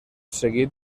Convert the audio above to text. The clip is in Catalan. seguit